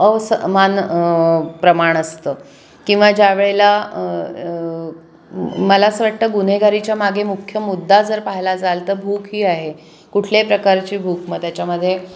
अवसमान प्रमाण असतं किंवा ज्या वेळेला मला असं वाटतं गुन्हेगारीच्या मागे मुख्य मुद्दा जर पाहायला जाल तर भूक ही आहे कुठल्याही प्रकारची भूक मग त्याच्यामध्ये